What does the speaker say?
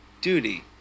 duty